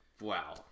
Wow